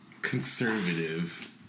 Conservative